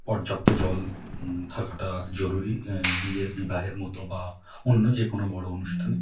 পর্যাপ্ত জল থাকাটা জরুরি বিয়ের বিবাহের মতো বা অন্য যে কোনো বড় অনুষ্ঠানে